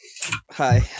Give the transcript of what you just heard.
Hi